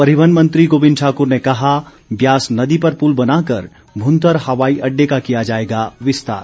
परिवहन मंत्री गोबिंद ठाकुर ने कहा ब्यास नदी पर पुल बनाकर भुंतर हवाई अड्डे का किया जाएगा विस्तार